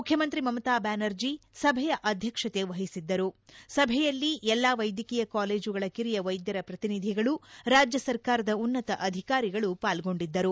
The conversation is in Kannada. ಮುಖ್ಯಮಂತ್ರಿ ಮಮತಾ ಬ್ಯಾನರ್ಜಿ ಸಭೆಯ ಅಧ್ವಕ್ಷತೆ ವಹಿಸಿದ್ದರು ಸಭೆಯಲ್ಲಿ ಎಲ್ಲಾ ವೈದ್ಯಕೀಯ ಕಾಲೇಜುಗಳ ಕಿರಿಯ ವೈದ್ಯರ ಪ್ರತಿನಿಧಿಗಳು ರಾಜ್ಯ ಸರ್ಕಾರದ ಉನ್ನತ ಅಧಿಕಾರಿಗಳು ಪಾಲ್ಗೊಂಡಿದ್ದರು